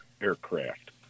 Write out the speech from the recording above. aircraft